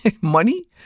money